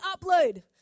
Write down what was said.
upload